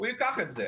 הוא ייקח את המכתבים.